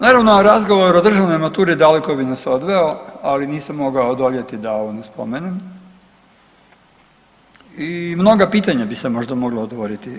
Naravno, razgovor o državnoj maturi daleko bi nas odveo, ali nisam mogao odoljeti da ovo ne spomenem i mnoga pitanja bi se možda mogla otvoriti.